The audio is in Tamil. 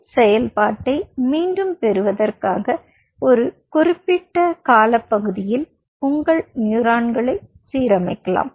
மின் செயல்பாட்டை மீண்டும் பெறுவதற்காக ஒரு குறிப்பிட்ட காலப்பகுதியில் உங்கள் நியூரான்களை சீரமைக்கலாம்